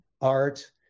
art